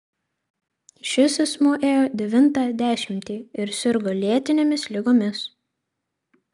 šis asmuo ėjo devintą dešimtį ir sirgo lėtinėmis ligomis